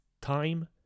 time